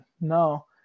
no